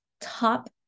top